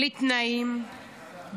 בלי תנאים,